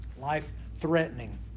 Life-threatening